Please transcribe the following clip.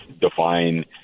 define